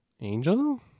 Angel